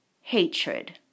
hatred